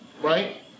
right